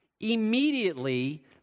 immediately